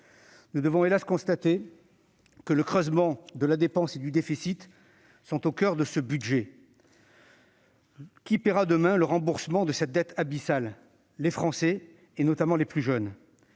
Nous devons, hélas, constater que le creusement de la dépense et du déficit est au coeur de ce budget. Qui paiera demain pour rembourser cette dette abyssale ? Les Français, et notamment les plus jeunes